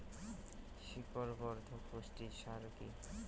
শিকড় বর্ধক পুষ্টি সার কি?